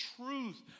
truth